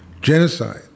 Genocide